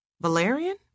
Valerian